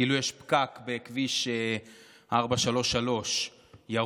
כאילו יש פקק בכביש 433. אבל בן גביר עושה סדר.